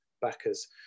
backers